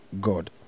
God